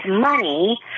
money